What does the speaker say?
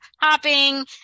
hopping